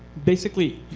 basically,